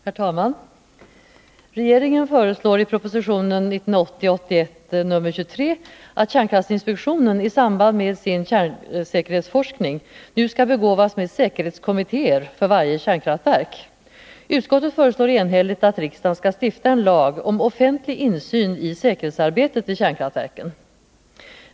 Herr talman! Regeringen föreslår i proposition 1980/81:23 att statens kärnkraftinspektion i samband med sin kärnsäkerhetsforskning nu skall begåvas med säkerhetskommittéer för varje kärnkraftverk. Utskottet föreslår enhälligt att riksdagen skall stifta en lag om offentlig insyn i säkerhetsarbetet vid kärnkraftverken.